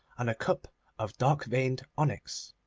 and a cup of dark-veined onyx.